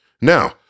Now